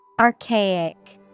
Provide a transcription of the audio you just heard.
Archaic